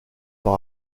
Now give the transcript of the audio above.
par